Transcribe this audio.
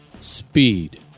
Speed